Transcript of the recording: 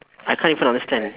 I can't even understand